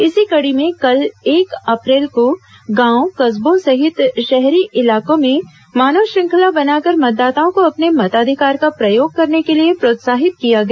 इसी कड़ी में कल एक अप्रैल को गांव कस्बों सहित शहरी इलाकों में मानव श्रृंखला बनाकर मतदाताओं को अपने मताधिकार का प्रयोग करने के लिये प्रोत्साहित किया गया